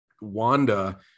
wanda